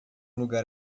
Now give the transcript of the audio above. lugar